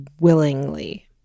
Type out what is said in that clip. Willingly